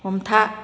हमथा